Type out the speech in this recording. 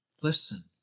Listen